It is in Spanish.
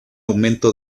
aumento